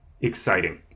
exciting